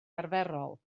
arferol